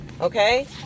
okay